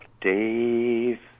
Dave